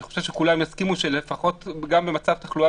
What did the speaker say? אני חושב שכולם יסכימו שלגם במצב תחלואה